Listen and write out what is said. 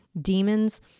demons